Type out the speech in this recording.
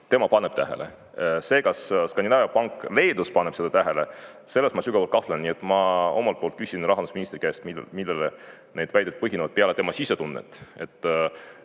Tema paneb tähele. See, kas Skandinaavia pank Leedus paneb seda tähele, selles ma sügavalt kahtlen. Ma omalt poolt küsin rahandusministri käest, millel need väited põhinevad peale tema sisetunde.